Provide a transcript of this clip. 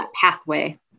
pathway